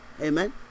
amen